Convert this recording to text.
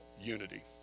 unity